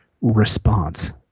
response